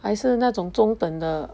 还是那种中等的